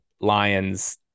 lions